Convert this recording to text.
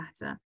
matter